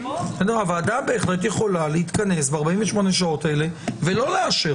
הוועדה בהחלט יכולה להתכנס ב-48 השעות האלה ולא לאשר,